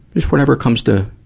just whatever comes to,